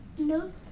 No